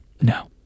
No